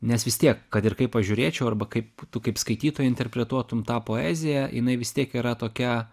nes vis tiek kad ir kaip pažiūrėčiau arba kaip tu kaip skaitytoja interpretuotum tą poeziją jinai vis tiek yra tokia